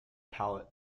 pallet